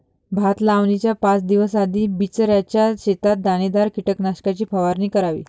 भात लावणीच्या पाच दिवस आधी बिचऱ्याच्या शेतात दाणेदार कीटकनाशकाची फवारणी करावी